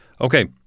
Okay